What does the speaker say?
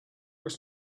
was